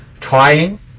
trying